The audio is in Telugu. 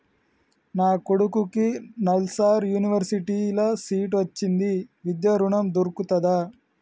నా కొడుకుకి నల్సార్ యూనివర్సిటీ ల సీట్ వచ్చింది విద్య ఋణం దొర్కుతదా?